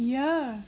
yeah